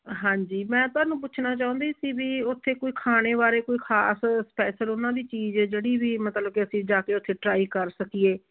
ਹਾਂਜੀ ਮੈਂ ਤੁਹਾਨੂੰ ਪੁੱਛਣਾ ਚਾਹੁੰਦੀ ਸੀ ਬਈ ਉੱਥੇ ਕੋਈ ਖਾਣੇ ਬਾਰੇ ਕੋਈ ਖਾਸ ਸਪੈਸ਼ਲ ਉਹਨਾਂ ਦੀ ਚੀਜ਼ ਜਿਹੜੀ ਬਈ ਮਤਲਬ ਕਿ ਅਸੀਂ ਜਾ ਕੇ ਉੱਥੇ ਟਰਾਈ ਕਰ ਸਕੀਏ